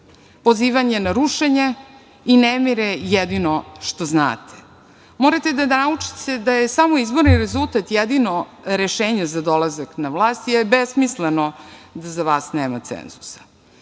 pozivanje na rušenje i nemire je jedino što znate. Morate da naučite da je samo izborni rezultat jedino rešenje za dolazak na vlast, je besmisleno da za vas nema cenzusa. Mislim